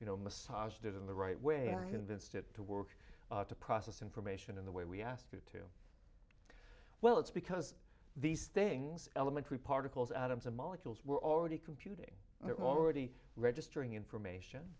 you know massaged it in the right way and convinced it to work to process information in the way we ask you to well it's because these things elementary particles atoms and molecules we're already computing are already registering information